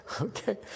okay